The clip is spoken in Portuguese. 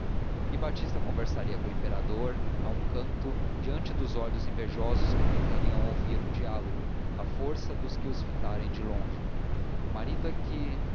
e batista conversaria com o imperador a um canto diante dos olhos invejosos que tentariam ouvir o diálogo à força de os fitarem de longe o marido é que